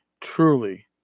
truly